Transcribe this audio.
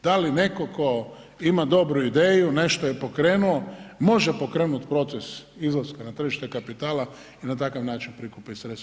Da li netko ko ima dobru ideju, nešto je pokrenuo može pokrenuti proces izlaska na tržište kapitala i na takav način prikupe i sredstva?